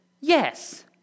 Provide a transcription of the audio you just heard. Yes